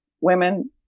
women